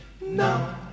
now